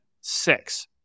six